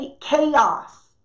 chaos